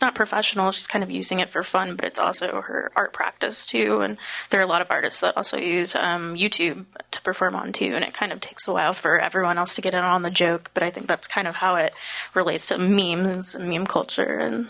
not professional she's kind of using it for fun but it's also her art practice too and there are a lot of artists that also use youtube to perform on too and it kind of takes a while for everyone else to get it on the joke but i think that's kind of how it relates to memes meme culture and